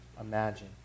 imagine